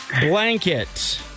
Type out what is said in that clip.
Blanket